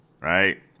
right